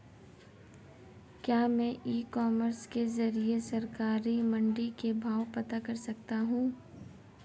क्या मैं e-commerce के ज़रिए सरकारी मंडी के भाव पता कर सकता हूँ?